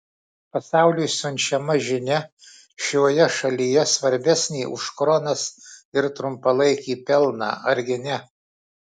pasauliui siunčiama žinia šioje šalyje svarbesnė už kronas ir trumpalaikį pelną argi ne